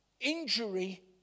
injury